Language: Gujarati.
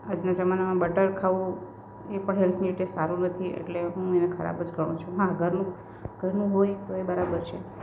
આજના જમાનામાં બટર ખાવું એ પણ હેલ્થ માટે સારું નથી એટલે હું એને ખરાબ જ ગણું છું હા ઘરનું ઘરનું હોય તો એ બરાબર છે